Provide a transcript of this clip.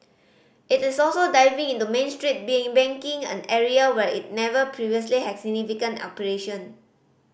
it is also diving into Main Street being banking an area where it never previously had significant operation